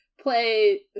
play